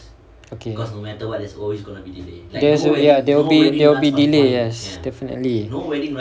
okay ya there will be there will be delay yes definitely